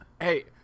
Hey